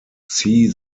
see